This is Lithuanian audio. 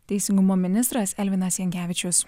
teisingumo ministras elvinas jankevičius